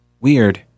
Weird